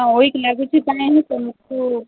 ହଁ ୱିକ୍ ଲାଗୁଛି ପାଇଁ ହିଁ ତମକୁ